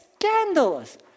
scandalous